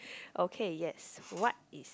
okay yes what is